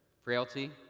Frailty